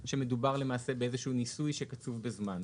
שמדובר בניסוי שקצוב בזמן.